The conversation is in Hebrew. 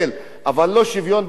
אבל לא שוויון בזכויות?